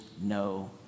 no